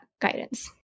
guidance